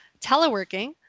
teleworking